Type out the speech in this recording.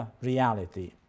reality